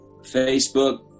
facebook